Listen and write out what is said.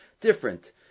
Different